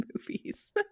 movies